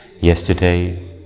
Yesterday